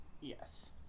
Yes